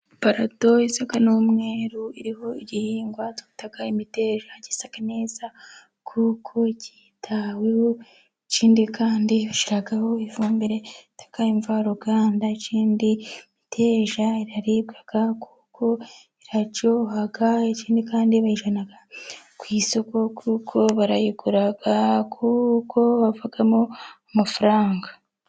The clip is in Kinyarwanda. Iparato isa n'umweru iriho igihingwa twita imiteja, gisa neza kuko cyitaweho, ikindi kandi bashyiraho ifumbirekayu bita imvaruganda, ikindi imiteja iraribwa kuko iraryoha, ikindi kandi bayjyana ku isoko, kuko barayigura, kuko havamo amafaranga.